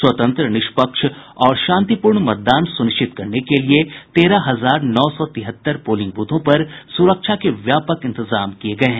स्वतंत्र निष्पक्ष और शांतिपूर्ण मतदान सुनिश्चित करने के लिए तेरह हजार नौ सौ तिहत्तर पोलिंग ब्रथों पर सुरक्षा के व्यापक इंतजाम किये गये हैं